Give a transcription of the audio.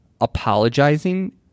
apologizing